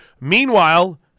Meanwhile